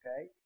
Okay